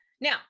now